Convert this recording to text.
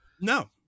No